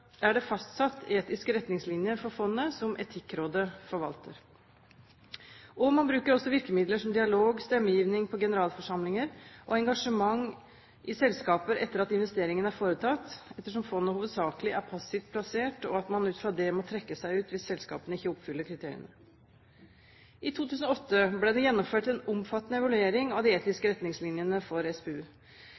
fastsatt etiske retningslinjer for fondet som Etikkrådet forvalter. Man bruker også virkemidler som dialog, stemmegivning på generalforsamlinger og engasjement i selskaper etter at investeringen er foretatt, ettersom fondet hovedsakelig er passivt plassert, og at man ut fra det må trekke seg ut hvis selskapene ikke oppfyller kriteriene. I 2008 ble det gjennomført en omfattende evaluering av de etiske retningslinjene for SPU.